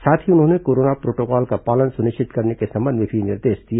साथ ही उन्होंने कोरोना प्रोटोकॉल का पालन सुनिश्चित करने के संबंध में भी निर्देश दिए